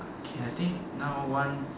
okay I think now one